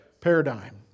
paradigm